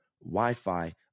Wi-Fi